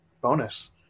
bonus